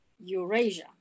Eurasia